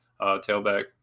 tailback